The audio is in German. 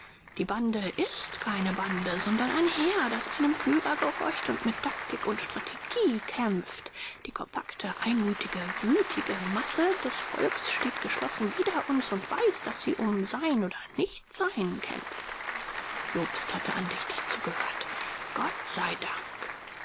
die bande ist keine bande sondern ein heer das einem führer gehorcht und mit taktik und strategie kämpft die kompakte einmütige wütige masse des volks steht geschlossen wider uns und weiß daß sie um sein oder nichtsein kämpft jobst hatte andächtig zugehört gott sei dank